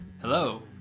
Hello